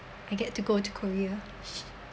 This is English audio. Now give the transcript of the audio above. I get to go to korea